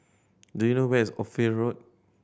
do you know where is Ophir Road